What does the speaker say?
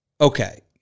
okay